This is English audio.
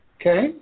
Okay